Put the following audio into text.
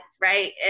right